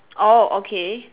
oh okay